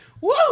woo